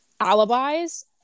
alibis